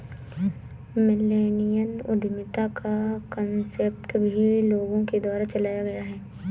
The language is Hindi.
मिल्लेनियल उद्यमिता का कान्सेप्ट भी लोगों के द्वारा चलाया गया है